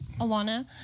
Alana